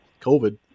COVID